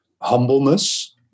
humbleness